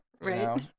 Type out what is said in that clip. Right